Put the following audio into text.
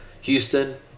Houston